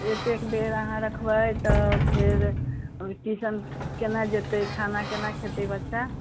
एत्तेक देर अहाँ रखबै तऽ फेर ट्यूशन केना जेतै खाना केना खेतै बच्चा